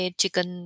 chicken